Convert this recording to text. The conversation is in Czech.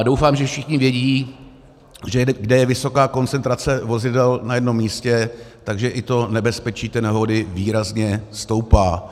Doufám, že všichni vědí, že kde je vysoká koncentrace na jednom místě, tak i to nebezpečí nehody výrazně stoupá.